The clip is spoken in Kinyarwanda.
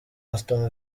aston